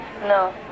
No